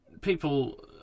people